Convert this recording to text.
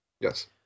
Yes